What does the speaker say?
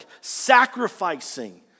sacrificing